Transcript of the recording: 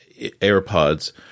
AirPods